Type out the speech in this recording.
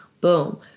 boom